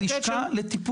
מוקד, לשכה לטיפול.